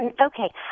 Okay